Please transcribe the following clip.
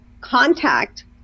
contact